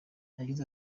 yagize